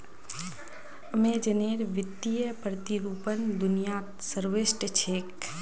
अमेज़नेर वित्तीय प्रतिरूपण दुनियात सर्वश्रेष्ठ छेक